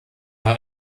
mal